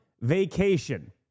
vacation